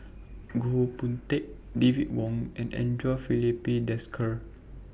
Goh Boon Teck David Wong and Andre Filipe Desker